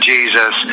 Jesus